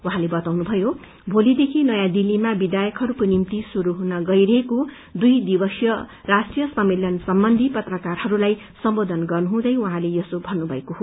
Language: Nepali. उहाँले बताउनुभयो भोलीदेखि नयाँ दिल्लीमा विधायकहरूको निम्ति शुरू हुन गइरहेको दुइ दिने राष्ट्रीय सम्मेलन सम्बन्धी पत्रकारहरूलाई सम्बन्धी पत्रकारहरूलाई सम्बोधन गर्नुहुँदै उहाँले यसो भत्रुभएको हो